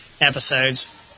episodes